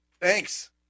Thanks